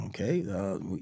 Okay